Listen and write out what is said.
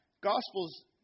Gospels